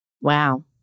Wow